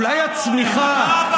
אולי הצמיחה, אתה הבעיה.